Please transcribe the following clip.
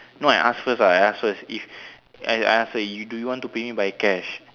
no I ask first I ask first if I I ask her you do you want to pay me by cash